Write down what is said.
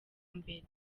mbere